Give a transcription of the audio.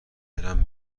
برم